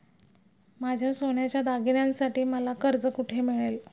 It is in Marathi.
माझ्या सोन्याच्या दागिन्यांसाठी मला कर्ज कुठे मिळेल?